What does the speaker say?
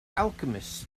alchemist